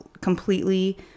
completely